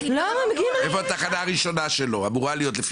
איפה התחנה הראשונה שלו אמורה להיות?